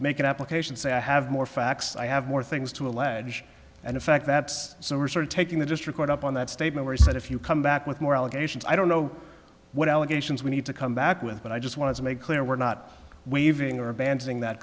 make an application say i have more facts i have more things to allege and in fact that's so we're sort of taking the just record up on that statement where he said if you come back with more allegations i don't know what allegations we need to come back with but i just want to make clear we're not waiving or abandoning that